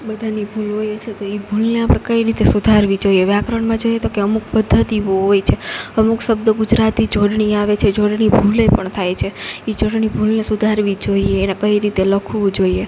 બધાની ભૂલ હોય છે તો ઈ ભૂલને આપણે કઈ રીતે સુધારવી જોઈએ વ્યાકરણમાં જોઈએ તો કે અમુક પદ્ધતિઓ હોય છે અમુક શબ્દો ગુજરાતી જોડણી આવે છે જોડણી ભૂલે પણ થાય છે એ જોડણી ભૂલને સુધારવી જોઈએ એને કઈ રીતે લખવું જોઈએ